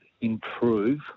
improve